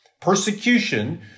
Persecution